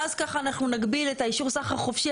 ואז ככה אנחנו נגביל את אישור הסחר החופשי